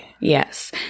Yes